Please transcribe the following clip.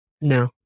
No